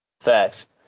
Facts